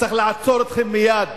צריך לעצור אתכם מייד,